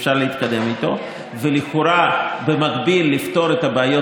אפשר להתקדם איתו ולכאורה במקביל לפתור את הבעיות